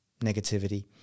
negativity